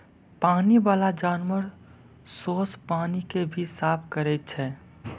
पानी बाला जानवर सोस पानी के भी साफ करै छै